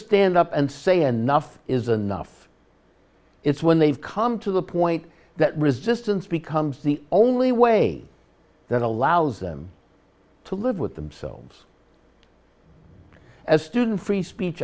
stand up and say enough is enough it's when they've come to the point that resistance becomes the only way that allows them to live with themselves as student free speech